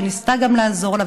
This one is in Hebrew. שניסתה לעזור לה,